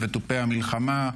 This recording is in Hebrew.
ברשות יושב-ראש הישיבה,